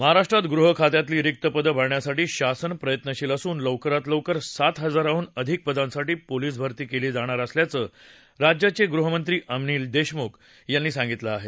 महाराष्ट्रात गृह खात्यातली रिक्त पदं भरण्यासाठी शासन प्रयत्नशील असून लवकरच सात हजाराहून अधिक पदांसाठी पोलिस भर्ती केली जाणार असल्याचं राज्याचे गृहमंत्री अनिल देशमुख यांनी सांगितलं आहे